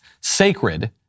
Sacred